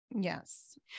Yes